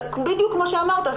זה בדיוק כמו שאמרת,